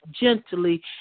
gently